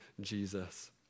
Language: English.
Jesus